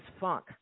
funk